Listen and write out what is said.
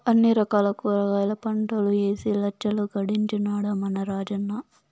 అన్ని రకాల కూరగాయల పంటలూ ఏసి లచ్చలు గడించినాడ మన రాజన్న